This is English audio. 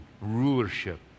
rulership